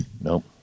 Nope